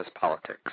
politics